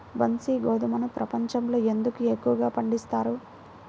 బన్సీ గోధుమను ప్రపంచంలో ఎందుకు ఎక్కువగా పండిస్తారు?